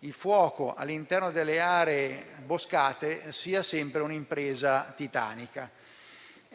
il fuoco all'interno delle aree boscate è sempre un'impresa titanica.